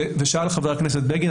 ושאל חבר הכנסת בגין,